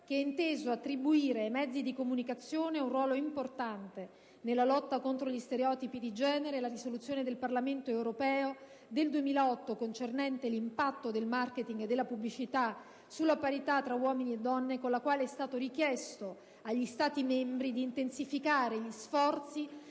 che ha inteso attribuire ai mezzi di comunicazione un ruolo importante nella lotta contro gli stereotipi di genere, e la risoluzione del Parlamento europeo del 2008 concernente l'impatto del *marketing* e della pubblicità sulla parità tra uomini e donne, con la quale è stato richiesto agli Stati membri di intensificare gli sforzi